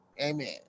Amen